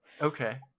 Okay